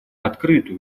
открытую